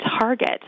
target